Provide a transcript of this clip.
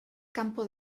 kanpo